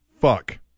fuck